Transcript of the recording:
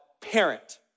parent